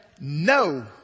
no